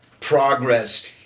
progress